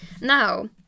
Now